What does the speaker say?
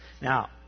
Now